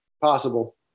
possible